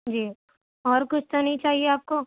جی اور کچھ تو نہیں چاہیے آپ کو